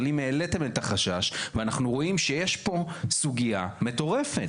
אבל אם העליתם את החשש ואנחנו רואים שיש פה סוגיה מטורפת.